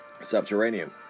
subterranean